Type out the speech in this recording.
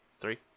Three